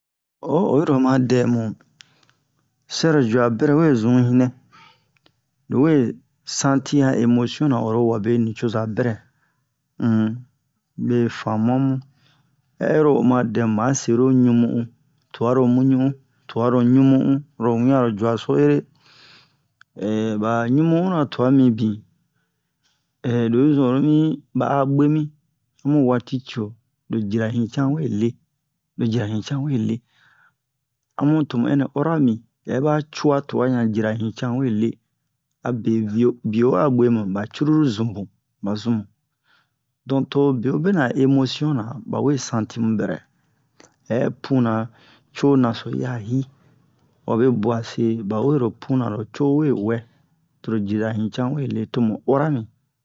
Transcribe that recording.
o oyiro ma dɛmu sɛro jua bɛrowe zun yinɛ lowe senti han emotion na oro wabe nucoza bɛrɛ um be famua mu hɛ oro oma dɛmu ma sero ɲumu'u tuaro muɲu'u tuaro ɲumu'u oro mia aro juaso ere ba ɲumuna tua mi bin lo'i zun oro mi ba'a bwemi mu wati cio lo jira hican wele lo jira hican wele amu tomu hɛnɛ'a yoro'a mi hɛba cua tuahan jira hican wele abe bio biowa bwemu ba cruru zumu ba zumu don to be'obenɛ a emotion na bawe senti mu bɛrɛ hɛ puna co naso yi'a hi wabe buase bawero puna lo cowe wɛ toro jira hican wele tomu oro'a mi